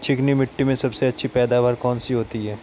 चिकनी मिट्टी में सबसे अच्छी पैदावार कौन सी होती हैं?